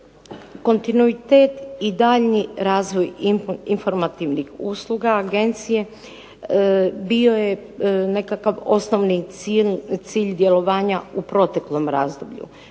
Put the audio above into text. Kontinuitet i daljnji razvoj informativnih usluga agencije bio je nekakav osnovni cilj djelovanja u proteklom razdoblju.